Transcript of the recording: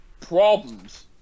problems